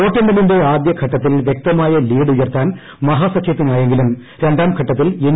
വോട്ടെണ്ണലിന്റെ ആദ്യഘട്ടത്തിൽ വ്യക്തമായ ലീഡ് ഉയർത്താൻ മഹാസഖ്യത്തിനായെങ്കിലും രണ്ടാം ഘട്ടത്തിൽ എൻ